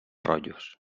rotllos